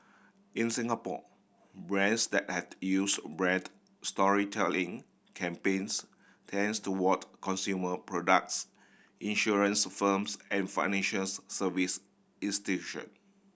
in Singapore brands that has use brand storytelling campaigns tends toward consumer products insurance firms and financials service